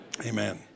Amen